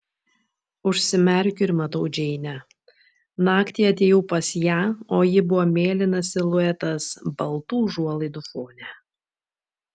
užsimerkiu ir matau džeinę naktį atėjau pas ją o ji buvo mėlynas siluetas baltų užuolaidų fone